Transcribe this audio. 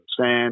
sand